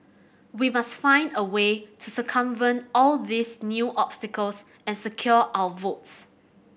we must find a way to circumvent all these new obstacles and secure our votes